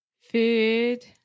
food